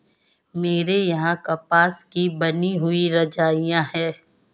मेरे यहां कपास की बनी हुई रजाइयां है